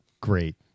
Great